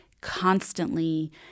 constantly